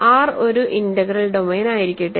R ഒരു integral ഡൊമെയ്നായിരിക്കട്ടെ